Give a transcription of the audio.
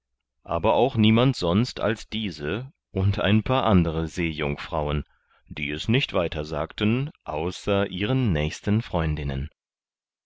aber auch niemand sonst als diese und ein paar andere seejungfrauen die es nicht weiter sagten außer ihren nächsten freundinnen